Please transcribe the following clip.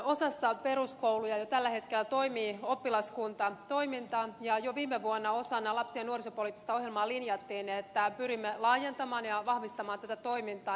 osassa peruskouluja jo tällä hetkellä toimii oppilaskuntatoiminta ja jo viime vuonna osana lapsi ja nuorisopoliittista ohjelmaa linjattiin että pyrimme laajentamaan ja vahvistamaan tätä toimintaa